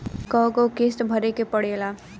कय गो किस्त भरे के पड़ेला?